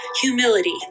humility